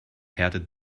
härtet